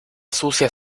sucia